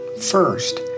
First